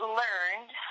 learned